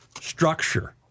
structure